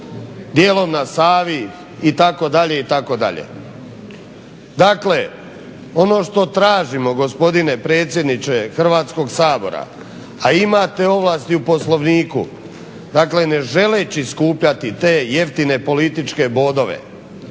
dijelom na Savi itd., itd. Dakle ono što tražimo gospodine predsjedniče Hrvatskog sabora, a imate ovlasti u Poslovniku, dakle ne želeći skupljati te jeftine političke bodove,